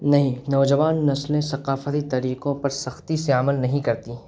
نہیں نوجوان نسلیں ثقافتی طریقوں پر سختی سے عمل نہیں کرتیں